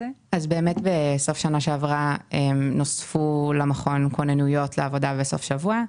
בסוף שנה שעברה נוספו למכון כוננויות לעבודה בסוף שבוע.